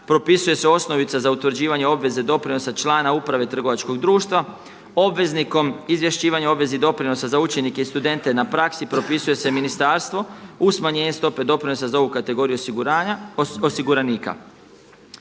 Propisuje se osnovica za utvrđivanje obveze doprinosa člana uprave trgovačkog društva. Obveznikom izvješćivanja o obvezi doprinosa za učenike i studente na praksi, propisuje se ministarstvo u smanjenje stope doprinosa za ovu kategoriju osiguranika.